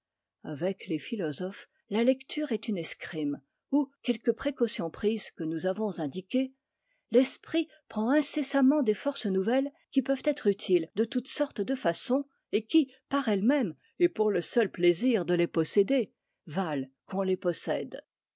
avec les philosophes la lecture est une escrime où quelques précautions prises que nous avons indiquées l'esprit prend incessamment des forces nouvelles qui peuvent être utiles de toutes sortes de façons et qui par elles-mêmes et pour le seul plaisir de les posséder valent qu'on les possède